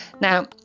Now